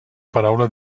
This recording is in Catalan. paraula